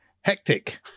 Hectic